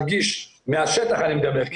מהשטח אני מדבר,